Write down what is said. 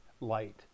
light